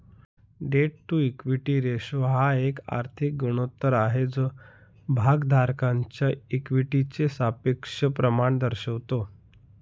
date to equity ratio हा एक आर्थिक गुणोत्तर आहे जो भागधारकांच्या इक्विटीचे सापेक्ष प्रमाण दर्शवतो